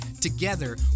Together